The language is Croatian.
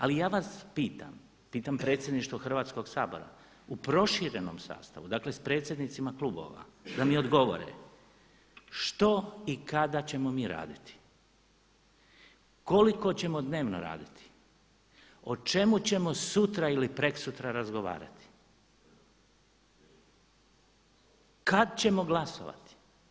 Ali ja vas pitam, pitam predsjedništvo Hrvatskoga sabora, u proširenom sastavu, dakle sa predsjednicima klubova da mi odgovore što i kada ćemo mi raditi, koliko ćemo dnevno raditi, o čemu ćemo sutra ili prekosutra razgovarati, kada ćemo glasovati.